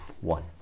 one